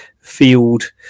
field